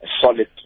solid